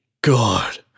god